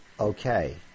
Okay